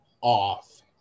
off